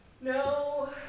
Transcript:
No